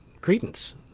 credence